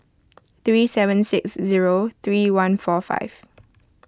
three seven six zero three one four five